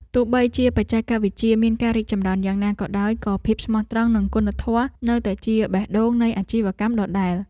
ទោះបីជាបច្ចេកវិទ្យាមានការរីកចម្រើនយ៉ាងណាក៏ដោយ ក៏ភាពស្មោះត្រង់និងគុណធម៌នៅតែជាបេះដូងនៃអាជីវកម្មដដែល។